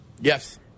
Yes